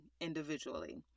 individually